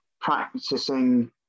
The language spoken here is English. practicing